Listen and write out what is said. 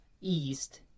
east